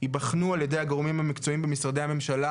ייבחנו על ידי הגורמים המקצועיים במשרדי הממשלה,